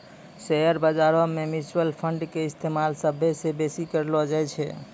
share बजारो मे mutual फंडो के इस्तेमाल सभ्भे से बेसी करलो जाय छै